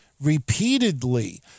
repeatedly